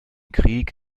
krieg